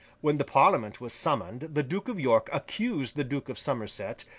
when the parliament was summoned, the duke of york accused the duke of somerset,